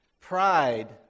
Pride